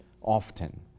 often